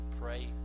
pray